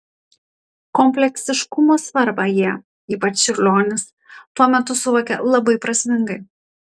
kompleksiškumo svarbą jie ypač čiurlionis tuo metu suvokė labai prasmingai